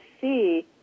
see